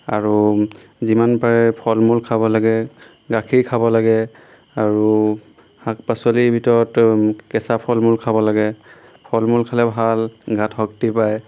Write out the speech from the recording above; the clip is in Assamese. আৰু যিমান পাৰে ফল মূল খাব লাগে গাখীৰ খাব লাগে আৰু শাক পাচলিৰ ভিতৰত কেঁচা ফল মূল খাব লাগে ফল মূল খালে ভাল গাত শক্তি পায়